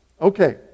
Okay